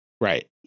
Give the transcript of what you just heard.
Right